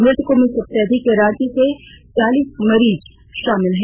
मृतकों में सबसे अधिक रांची से चालीस मरीज शामिल है